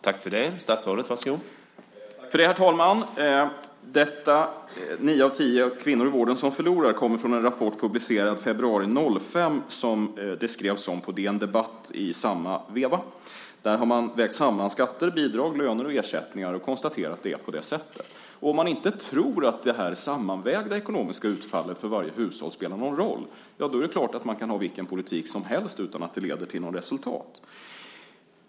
Herr talman! Det här med att nio av tio kvinnor i vården förlorar på att arbeta kommer från en rapport, publicerad i februari 2005, som det skrevs om på DN Debatt i samma veva. Man vägde samman skatter, bidrag, löner och ersättningar och konstaterade att det är på det sättet. Om man inte tror att det sammanvägda ekonomiska utfallet för varje hushåll spelar någon roll är det klart att man kan ha vilken politik som helst utan att det leder till något resultat.